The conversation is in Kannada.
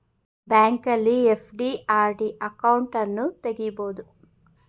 ಬ್ಯಾಂಕಲ್ಲಿ ಎಫ್.ಡಿ, ಆರ್.ಡಿ ಅಕೌಂಟನ್ನು ತಗಿಬೋದು